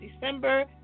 December